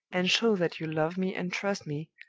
and show that you love me and trust me,